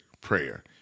prayer